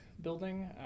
building